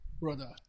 Brother